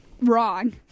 Wrong